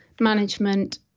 management